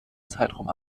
zeitraum